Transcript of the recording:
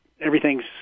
everything's